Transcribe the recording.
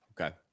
Okay